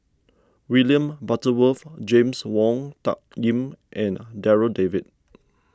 William Butterworth James Wong Tuck Yim and Darryl David